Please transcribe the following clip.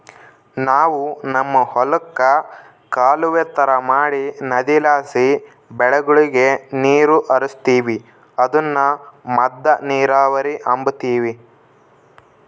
ನಾವು ನಮ್ ಹೊಲುಕ್ಕ ಕಾಲುವೆ ತರ ಮಾಡಿ ನದಿಲಾಸಿ ಬೆಳೆಗುಳಗೆ ನೀರು ಹರಿಸ್ತೀವಿ ಅದುನ್ನ ಮದ್ದ ನೀರಾವರಿ ಅಂಬತೀವಿ